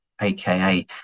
aka